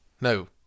No